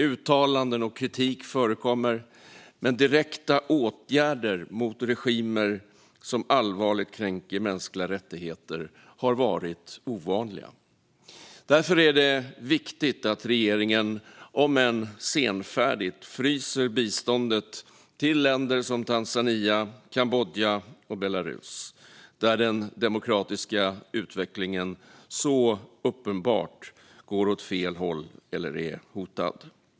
Uttalanden och kritik förekommer, men direkta åtgärder mot regimer som allvarligt kränker mänskliga rättigheter har varit ovanliga. Därför är det viktigt att regeringen - om än senfärdigt - fryser biståndet till länder som Tanzania, Kambodja och Belarus, där den demokratiska utvecklingen så uppenbart går åt fel håll eller är hotad.